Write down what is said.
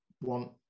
want